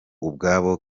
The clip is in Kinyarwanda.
ubwabo